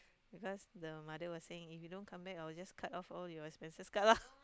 because the mother was saying if you don't come back I will just cut off all your expenses card lah